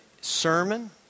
sermon